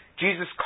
Jesus